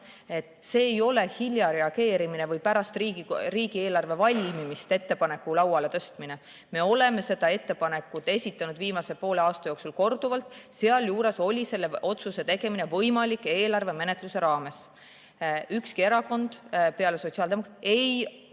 See ei ole hilja reageerimine või pärast riigieelarve valmimist ettepaneku lauale tõstmine. Me oleme seda ettepanekut esitanud viimase poole aasta jooksul korduvalt, sealjuures oli selle otsuse tegemine võimalik eelarvemenetluse raames. Ükski erakond peale sotsiaaldemokraatide